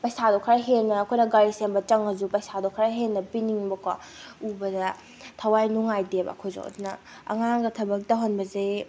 ꯄꯩꯁꯥꯗꯣ ꯈꯔ ꯍꯦꯟꯅ ꯑꯩꯈꯣꯏꯅ ꯒꯥꯔꯤ ꯁꯦꯝꯕ ꯆꯪꯉꯁꯨ ꯄꯩꯁꯥꯗꯣ ꯈꯔ ꯍꯦꯟꯅ ꯄꯤꯅꯤꯡꯕꯀꯣ ꯎꯕꯗ ꯊꯋꯥꯏ ꯅꯨꯡꯉꯥꯏꯇꯦꯕ ꯑꯩꯈꯣꯏꯁꯨ ꯑꯗꯨꯅ ꯑꯉꯥꯡꯗ ꯊꯕꯛ ꯇꯧꯍꯟꯕꯁꯦ